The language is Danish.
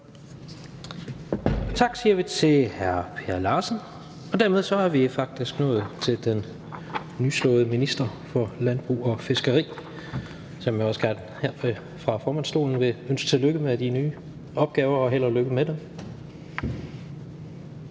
Tak siger vi til hr. Per Larsen. Dermed er vi faktisk nået til den nyslåede minister for landbrug og fiskeri , som jeg også gerne her fra formandsstolen vil ønske tillykke med de nye opgaver, og held og lykke med det.